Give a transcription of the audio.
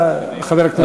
בבקשה, חבר הכנסת בן צור.